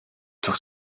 durch